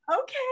Okay